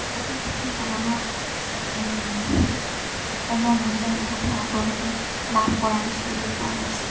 পশু পক্ষী পালনত অসমৰ মহিলাই বহুতো অগ্ৰগতি লাভ কৰা দেখিবলৈ পোৱা গৈছে